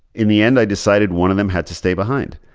in the end, i decided one of them had to stay behind.